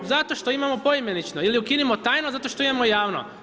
Zato što imamo poimenično ili ukinimo tajno zato što imamo javno.